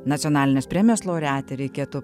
nacionalinės premijos laureatė reikėtų